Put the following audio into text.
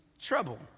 trouble